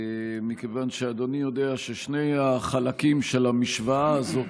מכיוון שאדוני יודע ששני החלקים של המשוואה הזאת,